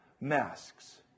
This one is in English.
masks